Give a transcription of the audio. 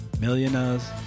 Millionaires